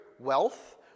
Wealth